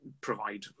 provide